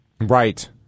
Right